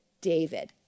David